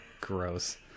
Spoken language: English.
Gross